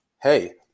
hey